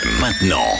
maintenant